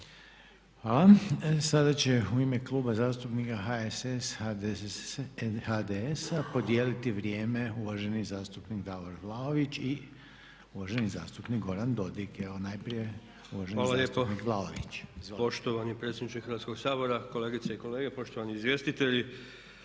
Hvala. Sada će u ime Kluba zastupnika HSS-a i HDS-a podijeliti vrijeme uvaženi zastupnik Davor Vlaović i uvaženi zastupnik Goran Dodig. Evo najprije uvaženi zastupnik Vlaović. **Vlaović, Davor (HSS)** Hvala lijepo poštovani predsjedniče Hrvatskog sabora, kolegice i kolege, poštovani izvjestitelji.